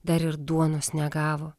dar ir duonos negavo